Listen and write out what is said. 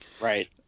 Right